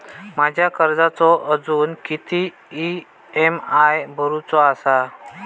माझ्या कर्जाचो अजून किती ई.एम.आय भरूचो असा?